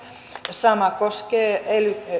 sama koskee ely